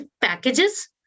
packages